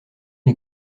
les